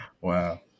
Wow